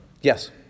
Yes